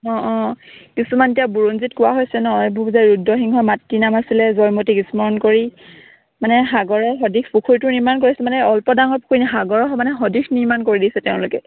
অঁ অঁ কিছুমান এতিয়া বুৰঞ্জিত কোৱা হৈছে নহয় এইবোৰ যে ৰুদ্ৰসিংহ মাতৃ নাম আছিলে জয়মতীক স্মৰণ কৰি মানে সাগৰৰ সদৃশ পুখুৰীটো নিৰ্মাণ কৰিছে মানে অল্প ডাঙৰ পুখুৰী সাগৰৰ সমানে সদৃশ নিৰ্মাণ কৰি দিছে তেওঁলোকে